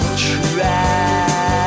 try